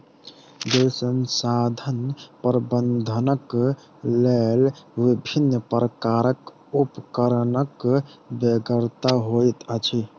जल संसाधन प्रबंधनक लेल विभिन्न प्रकारक उपकरणक बेगरता होइत अछि